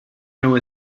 know